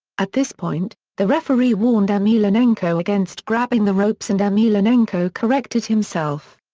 at this point, the referee warned emelianenko against grabbing the ropes and emelianenko corrected himself.